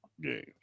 games